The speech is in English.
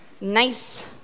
nice